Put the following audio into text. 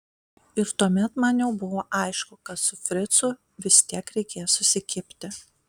ir tuomet man jau buvo aišku kad su fricu vis tiek reikės susikibti